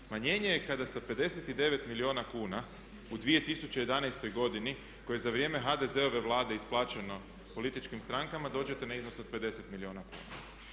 Smanjenje je kada sa 59 milijuna kuna u 2011.godini koje je za vrijeme HDZ-ove Vlade isplaćeno političkim strankama dođete na iznos od 50 milijuna kuna.